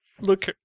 Look